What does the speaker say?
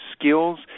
skills